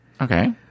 Okay